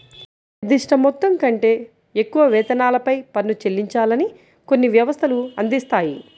నిర్దిష్ట మొత్తం కంటే ఎక్కువ వేతనాలపై పన్ను చెల్లించాలని కొన్ని వ్యవస్థలు అందిస్తాయి